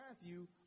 Matthew